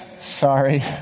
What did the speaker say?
Sorry